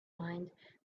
mind